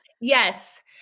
yes